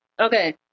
okay